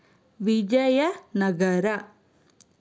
Vijayanagara